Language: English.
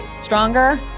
stronger